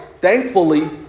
Thankfully